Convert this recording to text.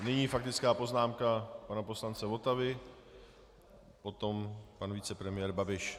A nyní faktická poznámka pana poslance Votavy, potom pan vicepremiér Babiš.